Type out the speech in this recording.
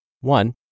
One